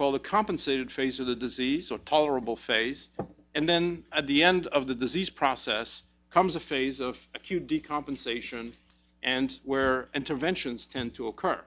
call the compensated phase of the disease or tolerable phase and then at the end of the disease process comes a phase of acute decamping stations and where interventions tend to occur